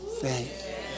faith